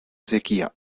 sequía